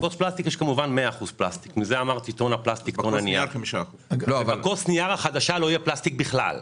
בכוס פלסטיק יש 100%. בכוס הנייר החדשה לא יהיה פלסטיק בכלל.